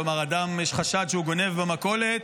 כלומר, יש חשד שאדם גונב במכולת,